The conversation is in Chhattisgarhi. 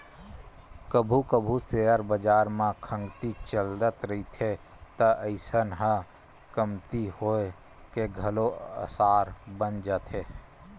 कभू कभू सेयर बजार म खंगती चलत रहिथे त पइसा ह कमती होए के घलो असार बन जाथे